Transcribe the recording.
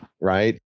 right